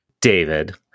David